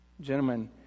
Gentlemen